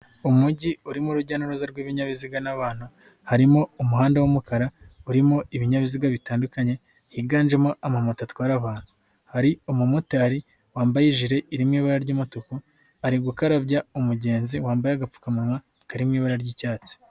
Umujyi urimo urujya n'uruza rw'ibinyabiziga n'abantu, harimo umuhanda w'umukara, urimo ibinyabiziga bitandukanye, higanjemo amamota atwara abantu. Hari umumotari wambaye ijire irimo ibara ry'umutuku, ari gukarabya umugenzi wambaye agapfukamunwa karimo ibara ry'icyatsi.